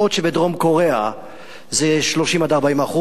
בעוד שבדרום-קוריאה זה 30% 40%,